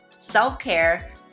self-care